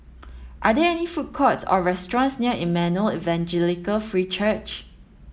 are there any food courts or restaurants near Emmanuel Evangelical Free Church